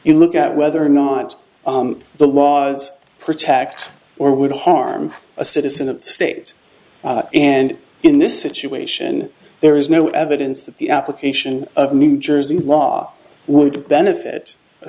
you look at whether or not the laws protect or would harm a citizen of state and in this situation there is no evidence that the application of new jersey law would benefit a